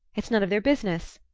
it's none of their business.